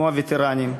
כמו הווטרנים.